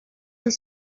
und